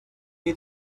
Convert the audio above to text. you